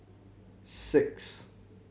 six